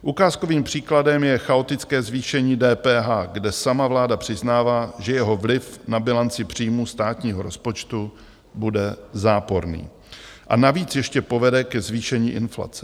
Ukázkovým příkladem je chaotické zvýšení DPH, kde sama vláda přiznává, že jeho vliv na bilanci příjmů státního rozpočtu bude záporný, a navíc ještě povede ke zvýšení inflace.